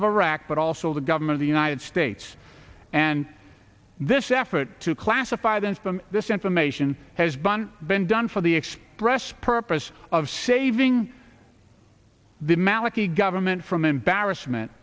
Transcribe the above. of iraq but also the government the united states and this effort to classify them this information has been been done for the express purpose of saving the maliki government from embarrassment